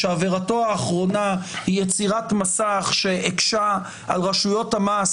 שעבירתו האחרונה היא יצירת מסך שהקשה על רשויות המס